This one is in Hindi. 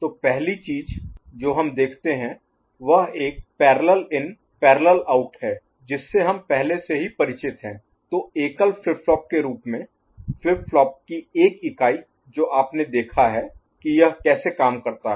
तो पहली चीज जो हम देखते हैं वह एक PIPO parallel in parallel out है जिससे हम पहले से ही परिचित हैं एक एकल फ्लिप फ्लॉप के रूप में फ्लिप फ्लॉप की एक इकाई जो आपने देखा है कि यह कैसे काम करता है